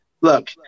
Look